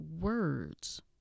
words